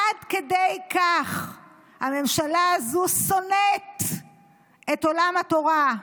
עד כדי כך הממשלה הזו שונאת את עולם התורה,